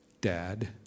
Dad